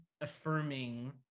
affirming